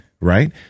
right